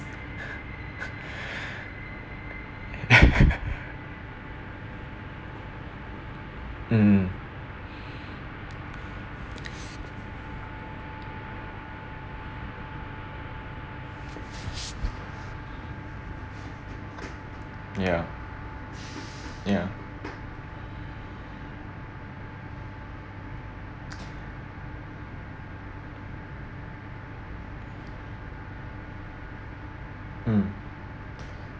mm ya ya mm